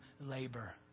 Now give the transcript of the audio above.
labor